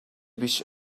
биш